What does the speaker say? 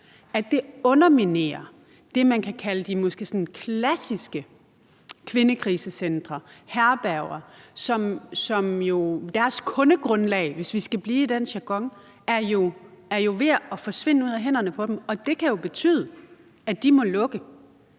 at det underminerer det, man kan kalde de måske sådan klassiske kvindekrisecentre, herberger, hvis kundegrundlag, hvis vi skal blive i den jargon, jo er ved at forsvinde ud af hænderne på dem, og det kan jo betyde, at de må lukke.